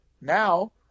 Now